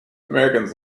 americans